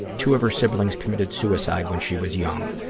two of her siblings committed suicide when she was young.